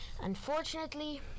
Unfortunately